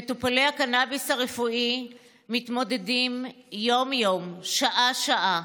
מטופלי הקנביס הרפואי מתמודדים יום-יום, שעה-שעה,